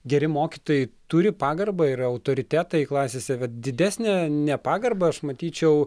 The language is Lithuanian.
geri mokytojai turi pagarbą yra autoritetai klasėse vat didesnę nepagarbą aš matyčiau